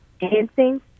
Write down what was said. Dancing